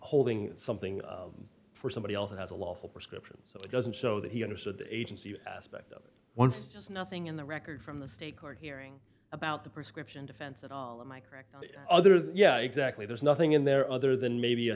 holding something for somebody else that has a lawful prescription so it doesn't so that he understood the agency aspect of it once just nothing in the record from the state court hearing about the prescription defense and all of my correct other than yeah exactly there's nothing in there other than maybe a